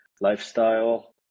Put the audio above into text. lifestyle